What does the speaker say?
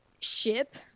ship